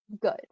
good